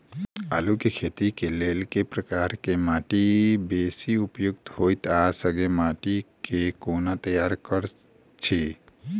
आलु केँ खेती केँ लेल केँ प्रकार केँ माटि बेसी उपयुक्त होइत आ संगे माटि केँ कोना तैयार करऽ छी?